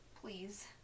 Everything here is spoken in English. Please